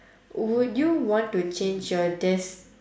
would you want to change your des~